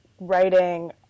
writing